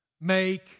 make